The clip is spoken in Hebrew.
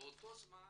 באותו זמן